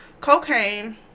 cocaine